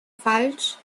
falsch